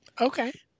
Okay